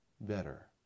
better